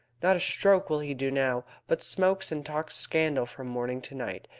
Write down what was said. not a stroke will he do now, but smokes and talks scandal from morning to night.